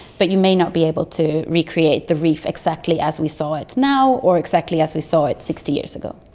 but you may not be able to recreate the reef exactly as we saw it now or exactly as we saw it sixty years ago.